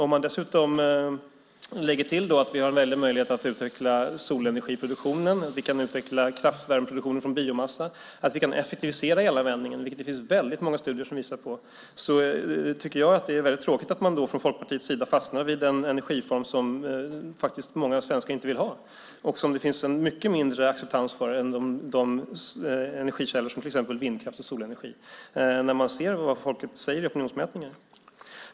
Om man dessutom lägger till att vi har stor möjlighet att utveckla solenergiproduktionen, att vi kan utveckla kraftvärmeproduktionen från biomassa och att vi kan effektivisera hela användningen, vilket det finns väldigt många studier som visar på, tycker jag att det är väldigt tråkigt att man från Folkpartiets sida fastnar vid en energiform som många svenskar faktiskt inte vill ha och som det finns en mycket mindre acceptans för än sådana energikällor som vindkraft och solenergi. Det kan man se av det folket säger i opinionsmätningarna.